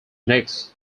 next